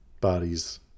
bodies